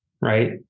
right